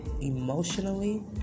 emotionally